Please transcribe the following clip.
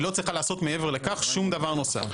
היא לא צריכה לעשות מעבר לכך שום דבר נוסף.